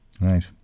Right